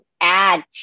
add